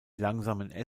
langsamen